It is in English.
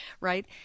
Right